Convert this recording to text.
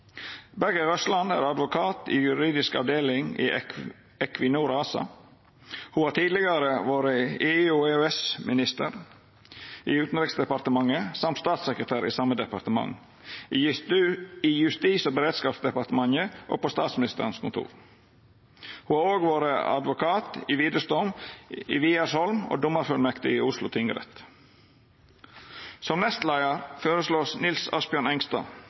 Berger Røsland er advokat i juridisk avdeling i Equinor ASA. Ho har tidlegare vore EU- og EØS-minister i Utanriksdepartementet og statssekretær i same departement, i Justis- og beredskapsdepartementet og på Statsministerens kontor. Ho har òg vore advokat i Wiersholm og domarfullmektig i Oslo tingrett. Som nestleiar vert føreslått Nils Asbjørn Engstad.